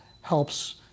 helps